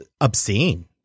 obscene